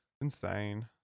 Insane